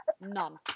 None